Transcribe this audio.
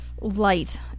light